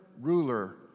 ruler